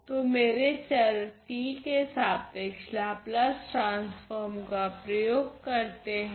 तो मेरे चर t के सापेक्ष लाप्लास ट्रांसफोर्म का प्रयोग करते हैं